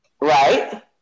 right